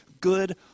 Good